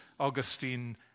Augustine